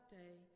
day